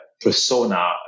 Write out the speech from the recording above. persona